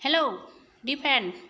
hello Dipen